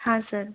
हाँ सर